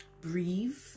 breathe